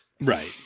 Right